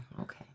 Okay